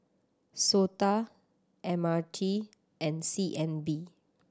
SOTA M R T and C N B